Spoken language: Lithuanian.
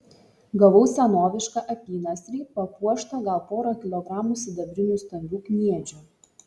gavau senovišką apynasrį papuoštą gal pora kilogramų sidabrinių stambių kniedžių